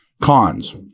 Cons